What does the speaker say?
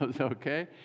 okay